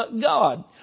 God